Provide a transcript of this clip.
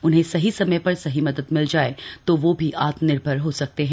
उन्हें सही समय पर सही मदद मिल जाय तो वो भी आत्मनिर्भर हो सकते हैं